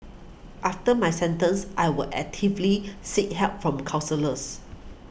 after my sentence I will actively seek help from counsellors